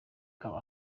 kaba